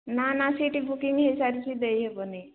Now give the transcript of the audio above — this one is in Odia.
ନା ନା ସିଟ୍ ବୁକିଂ ହୋଇ ସାରିଛି ଦେଇ ହେବନି